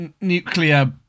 nuclear